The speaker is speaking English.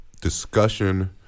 discussion